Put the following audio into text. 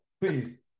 please